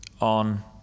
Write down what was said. on